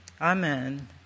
Amen